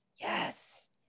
Yes